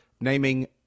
naming